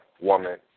woman